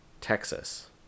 Texas